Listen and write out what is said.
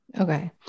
okay